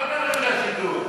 לא את רשות השידור.